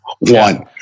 one